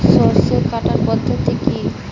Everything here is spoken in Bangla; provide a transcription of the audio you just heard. সরষে কাটার পদ্ধতি কি?